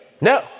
No